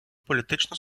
політичну